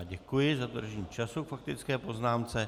Děkuji za dodržení času k faktické poznámce.